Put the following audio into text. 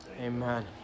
Amen